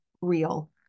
real